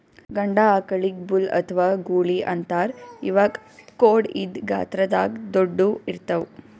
ಗಂಡ ಆಕಳಿಗ್ ಬುಲ್ ಅಥವಾ ಗೂಳಿ ಅಂತಾರ್ ಇವಕ್ಕ್ ಖೋಡ್ ಇದ್ದ್ ಗಾತ್ರದಾಗ್ ದೊಡ್ಡುವ್ ಇರ್ತವ್